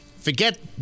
Forget